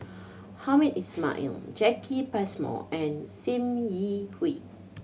Hamed Ismail Jacki Passmore and Sim Yi Hui